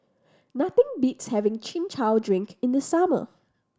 nothing beats having Chin Chow drink in the summer